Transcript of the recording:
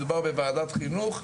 מדובר בוועדת חינוך.